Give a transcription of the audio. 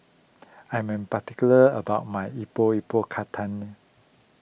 I am particular about my Epok Epok Kentang